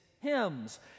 hymns